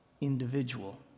individual